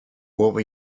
will